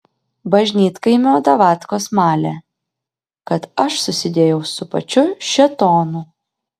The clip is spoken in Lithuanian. bažnytkaimio davatkos malė kad aš susidėjau su pačiu šėtonu